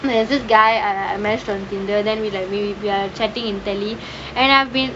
there's this guy I I match on tinder then we like we we we are chatting in tele and I have been